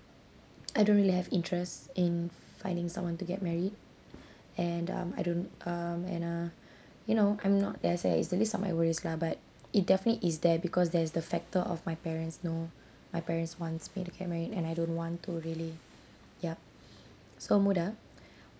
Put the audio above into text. I don't really have interest in finding someone to get married and um I don't um and uh you know I'm not ya I say it's the least of my worries lah but it definitely is there because there's the factor of my parents you know my parents wants me to get married and I don't want to really ya so moda